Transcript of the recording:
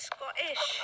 Scottish